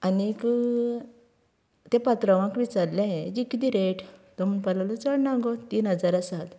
आनीक तें पात्रावांक विचारलें हें हेची कितें रेट तो म्हणपाक लागलो चड ना गो तीन हजार आसात